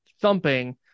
thumping